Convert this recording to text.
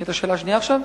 את השאלה השנייה עכשיו?